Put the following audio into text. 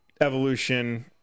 Evolution